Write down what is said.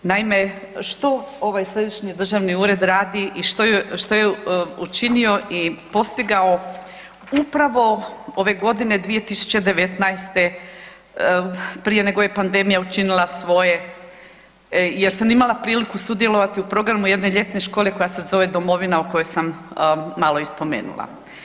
Naime, što ovaj središnji državni ured radi i što je učinio i postigao upravo ove godine 2019., prije nego je pandemija učinila svoje jer sam imala priliku sudjelovati u programu jedne ljetne škole koja se zove Domovina, koju sam malo i spomenula.